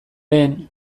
lehen